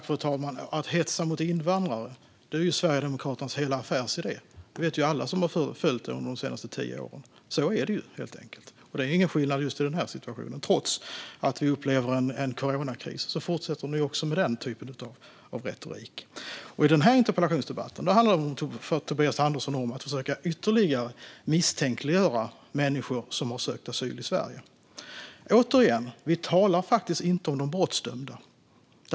Fru talman! Att hetsa mot invandare är ju Sverigedemokraternas hela affärsidé. Det vet alla som har följt dem under de senaste tio åren. Så är det, helt enkelt. Det är ingen skillnad i just den här situationen. Trots att vi upplever en coronakris fortsätter ni med den typen av retorik. I den här interpellationsdebatten handlar det för Tobias Andersson om att försöka ytterligare misstänkliggöra människor som har sökt asyl i Sverige. Återigen: Vi talar faktiskt inte om de brottsdömda.